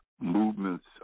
movements